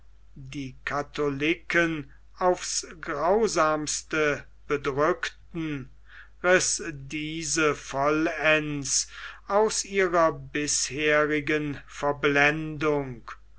die katholiken aufs grausamste bedrückten riß diese vollends aus ihrer bisherigen verblendung